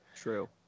True